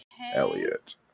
Elliot